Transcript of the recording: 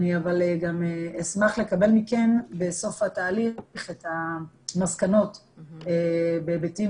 אבל אני גם אשמח לקבל מכם בסוף התהליך את המסקנות בהיבטים